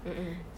mm mm